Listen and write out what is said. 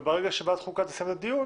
וברגע שוועדת החוקה תסיים את הדיון